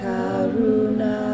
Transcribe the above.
Karuna